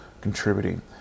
contributing